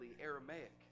Aramaic